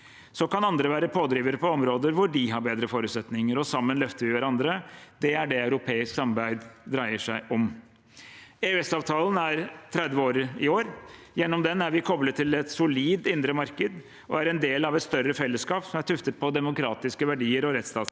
så kan andre være pådrivere på områder hvor de har bedre forutsetninger. Sammen løfter vi hverandre. Det er det europeisk samarbeid dreier seg om. EØS-avtalen er 30 år i år. Gjennom den er vi koblet til et solid indre marked og er en del av et større fellesskap som er tuftet på demokratiske verdier og rettsstatsprinsipper.